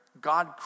God